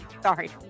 Sorry